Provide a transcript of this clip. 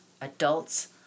adults